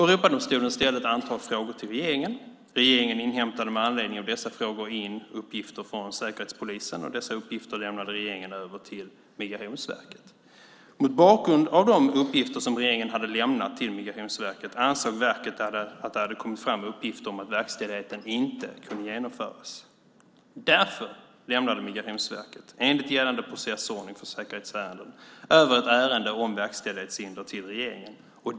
Europadomstolen ställde ett antal frågor till regeringen. Regeringen hämtade med anledning av dessa frågor in uppgifter från Säkerhetspolisen, och dessa uppgifter lämnade regeringen över till Migrationsverket. Mot bakgrund av de uppgifter som regeringen hade lämnat till Migrationsverket ansåg verket att det hade kommit fram uppgifter som gjorde att verkställigheten inte kunde genomföras. Därför lämnade Migrationsverket enligt gällande processordning för säkerhetsärendet över ett ärende om verkställighetshinder till regeringen.